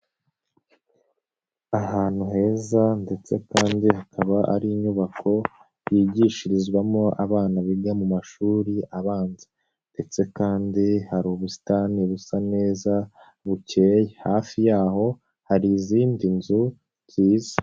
Ahantu heza ndetse kandi hakaba ari inyubako yigishirizwamo abana biga mu mashuri abanza ndetse kandi hari ubusitani busa neza bukeye, hafi y'aho hari izindi nzu nziza.